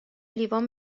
لیوان